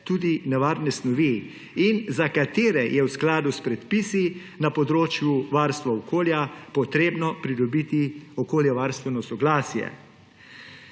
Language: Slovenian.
tudi nevarne snovi in za katere je v skladu s predpisi na področju varstva okolja treba pridobiti okoljevarstveno soglasje.